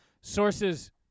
sources